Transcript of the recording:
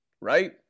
Right